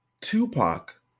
Tupac